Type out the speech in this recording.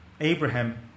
Abraham